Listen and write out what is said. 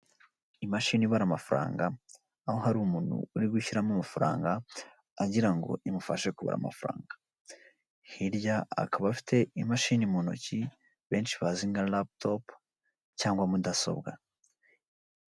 Imashini ibara amafaranga, aho hari umuntu uri gushyiramo amafaranga, agira ngo imufashe kubara amafaranga, hirya akaba afite imashini mu ntoki benshi bazi nka raputopu cyangwa mudasobwa.